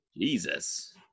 Jesus